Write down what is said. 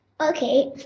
Okay